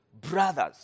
brothers